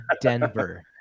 Denver